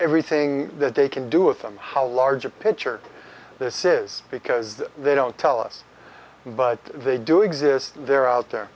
everything that they can do with them how large a pitcher this is because they don't tell us but they do exist they're out there